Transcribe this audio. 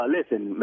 Listen